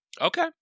Okay